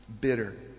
bitter